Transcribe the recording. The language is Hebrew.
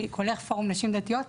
מ"קולך" פורום נשים דתיות.